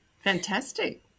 Fantastic